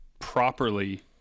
properly